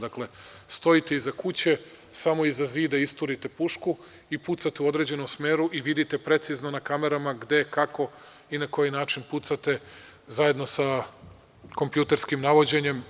Dakle, stojite iza kuće, samo iza zida isturite pušku i pucate u određenom smeru i vidite precizno na kamerama, gde, kako i na koji način pucate, zajedno sa kompjuterskim navođenjem.